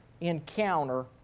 encounter